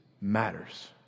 matters